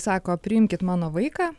sako priimkit mano vaiką